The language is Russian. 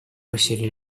усилий